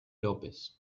lopez